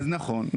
אז נכון,